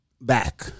back